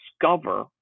discover